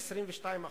22%,